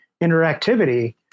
interactivity